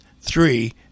three